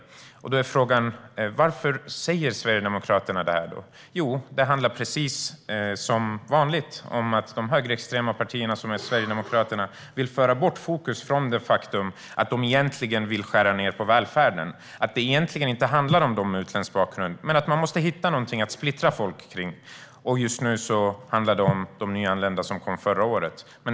Då är frågan: Varför säger Sverigedemokraterna detta? Jo, det handlar precis som vanligt om att det högerextrema partiet Sverigedemokraterna vill föra bort fokus från det faktum att de egentligen vill skära ned på välfärden och att det egentligen inte handlar om dem med utländsk bakgrund men att de måste hitta någonting där de kan splittra folk. Och just nu handlar det om de nyanlända som kom förra året.